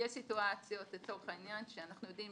יש סיטואציות, לצורך העניין, שאנחנו יודעים